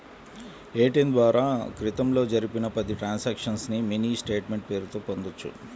ATM ద్వారా క్రితంలో జరిపిన పది ట్రాన్సక్షన్స్ ని మినీ స్టేట్ మెంట్ పేరుతో పొందొచ్చు